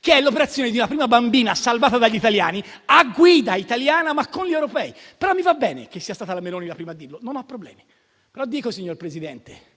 che prende il nome della prima bambina salvata dagli italiani, a guida italiana, ma con gli europei, ma mi sta bene che sia stata la Meloni la prima a dirlo, non ho problemi. Quello che dico, signor Presidente,